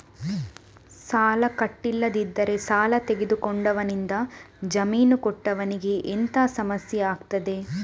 ಸಾಲ ಕಟ್ಟಿಲ್ಲದಿದ್ದರೆ ಸಾಲ ತೆಗೆದುಕೊಂಡವನಿಂದ ಜಾಮೀನು ಕೊಟ್ಟವನಿಗೆ ಎಂತ ಸಮಸ್ಯೆ ಆಗ್ತದೆ?